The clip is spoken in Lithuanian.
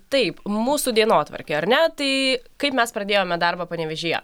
taip mūsų dienotvarkė ar ne tai kaip mes pradėjome darbą panevėžyje